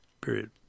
period